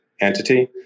entity